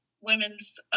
Women's